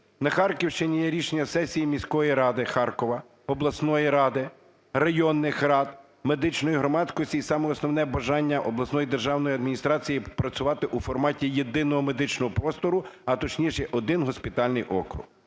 На Харківщині є рішення сесії міської ради Харкова, обласної ради, районних рад, медичної громадськості і саме основне – бажання обласної державної адміністрації працювати у форматі єдиного медичного простору, а точніше, один госпітальний округ.